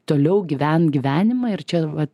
toliau gyvent gyvenimą ir čia vat